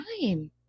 fine